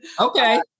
okay